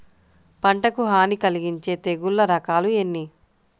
పంటకు హాని కలిగించే తెగుళ్ళ రకాలు ఎన్ని?